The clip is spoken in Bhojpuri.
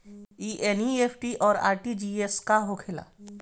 ई एन.ई.एफ.टी और आर.टी.जी.एस का होखे ला?